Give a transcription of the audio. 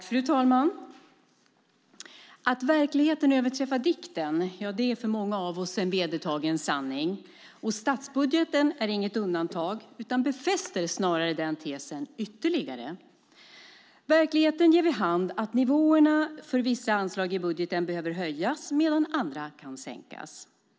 Fru talman! Att verkligheten överträffar dikten är för många av oss en vedertagen sanning, och statsbudgeten är inget undantag utan befäster snarare den tesen ytterligare. Verkligheten ger vid handen att nivåerna för vissa anslag i budgeten behöver höjas medan andra kan sänkas.